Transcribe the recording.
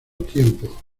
tiempo